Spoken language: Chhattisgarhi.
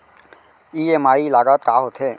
ई.एम.आई लागत का होथे?